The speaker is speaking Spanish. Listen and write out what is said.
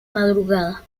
madrugada